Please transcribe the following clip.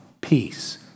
peace